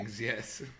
yes